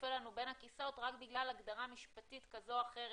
נופל לנו בין הכיסאות רק בגלל הגדרה משפטית כזו או אחרת,